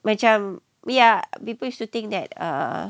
macam ya people used to think that err